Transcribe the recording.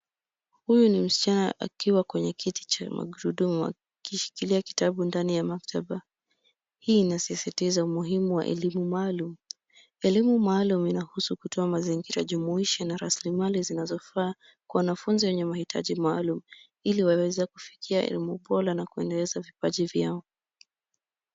Huyu ni msichana akiwa kwenye kiti cha magurudumu akishikilia kitabu ndani ya maktaba. Hii inasisitiza umuhimu wa elimu maalum. Elimu maalum inahusu kutoa mazingira jumuishi na rasilimali zinazofaa kwa wanafunzi wenye mahitaji maalum, ili waweze kufikia elimu bora na kuendeleza vipaji vyao.